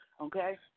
Okay